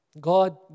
God